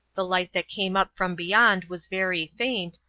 the light that came up from beyond was very faint,